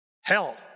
hell